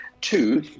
Two